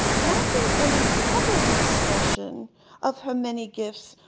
lacking any public expression of her many gifts,